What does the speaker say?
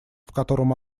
котором